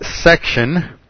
section